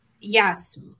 yes